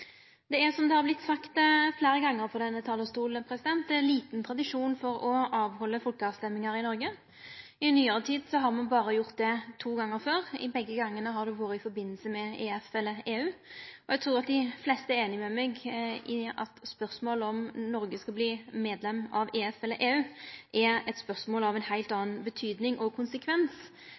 Det er, som det har vore sagt fleire gonger frå denne talarstolen, liten tradisjon for å halde folkerøystingar i Noreg. I nyare tid har me berre gjort det to gonger før. Begge gongene har det vore i forbindelse med EF eller EU. Eg trur at dei fleste er einige med meg i at spørsmålet om Noreg skal verte medlem av EF eller EU, er eit spørsmål av heilt anna betyding og konsekvens